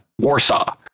Warsaw